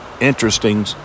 Interesting